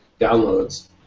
downloads